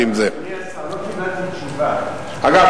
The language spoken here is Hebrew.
אגב,